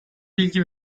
bilgi